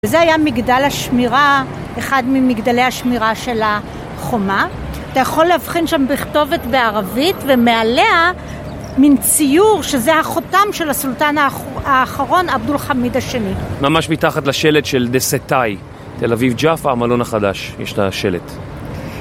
וזה היה מגדל השמירה, אחד ממגדלי השמירה של החומה. אתה יכול להבחין שם בכתובת בערבית, ומעליה מין ציור שזה החותם של הסולטן האחרון, עבדול חמיד השני. ממש מתחת לשלט של דה-סי-טאי, תל אביב ג'פה, המלון החדש. יש את השלט.